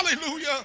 Hallelujah